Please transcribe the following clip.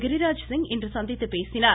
கிரிராஜ் சிங் இன்று சந்தித்து பேசினார்